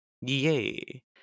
Yay